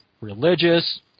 religious